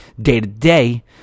day-to-day